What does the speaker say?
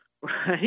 right